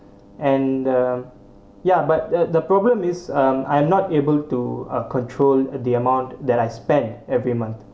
and the ya but uh the problem is um I'm not able to uh control the amount that I spend every month